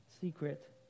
secret